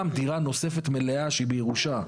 גם דירה נוספת מלאה שהיא בירושה.